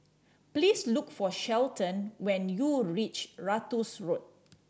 please look for Shelton when you reach Ratus Road